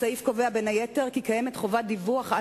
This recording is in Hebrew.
הסעיף קובע בין היתר כי קיימת חובת דיווח על